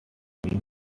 knew